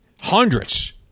Hundreds